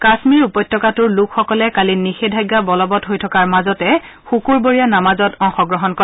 কাশ্মীৰ উপত্যকাটোৰ লোকসকলে নিষেধাজ্ঞা বলবৎ হৈ থকাৰ মাজতে শুকুৰবৰীয়া নামাজত অংশগ্ৰহণ কৰে